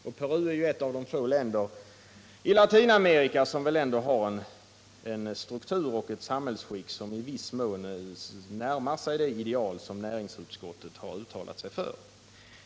Och Peru är ett av de få länder i Latinamerika som har en struktur och ett samhällsskick som i viss mån närmar sig det ideal som näringsutskottet uttalat sig för.